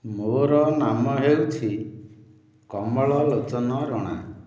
ମୋର ନାମ ହେଉଛି କମଳଲୋଚନ ରଣା